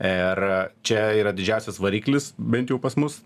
ir čia yra didžiausias variklis bent jau pas mus